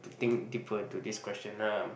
to think deeper into this question um